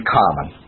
common